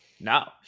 No